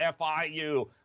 FIU